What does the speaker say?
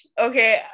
okay